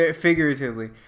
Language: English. Figuratively